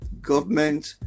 Government